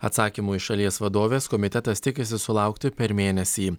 atsakymų iš šalies vadovės komitetas tikisi sulaukti per mėnesį